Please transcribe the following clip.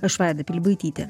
aš vaida pilibaitytė